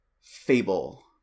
Fable